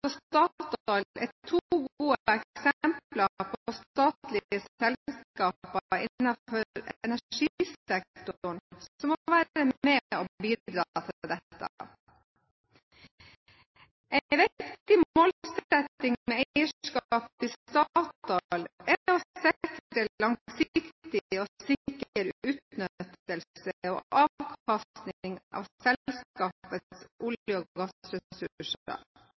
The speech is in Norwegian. og Statoil er to gode eksempler på statlige selskaper innenfor energisektoren som må være med på å bidra til dette. En viktig målsetting med eierskapet i Statoil er å sikre en langsiktig og sikker utnyttelse og avkastning av selskapets olje- og